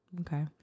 Okay